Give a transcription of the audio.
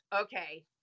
okay